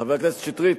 חבר הכנסת שטרית,